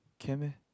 can meh